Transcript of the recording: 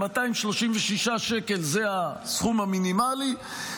236 שקל זה הסכום המינימלי,